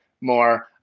more